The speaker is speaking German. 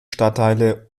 stadtteile